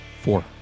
Four